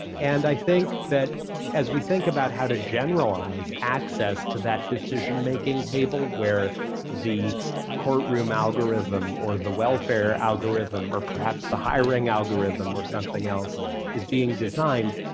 and i think that as we think about how to generalize access to that decision making table where the courtroom algorithm or the welfare algorithm or perhaps the hiring algorithm or something else is being designed,